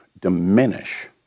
diminish